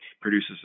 produces